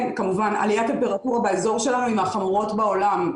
עליית טמפרטורה באזור שלנו היא מהחמורות בעולם.